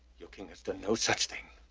your king has done no such thing.